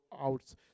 out